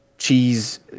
Cheese